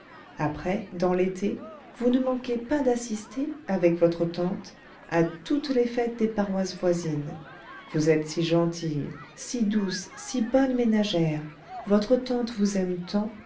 après dans l'été vous ne manquez pas d'assister avec votre tante à toutes les fêtes des paroisses voisines vous êtes si gentille si douce si bonne ménagère votre tante vous aime tant